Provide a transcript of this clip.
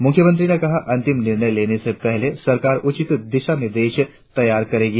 मुख्यमंत्री ने कहा अंतिम निर्णय लेने से पहले सरकार उचित दिशा निर्देश तैयार करेगी